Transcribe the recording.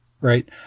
right